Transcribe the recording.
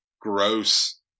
gross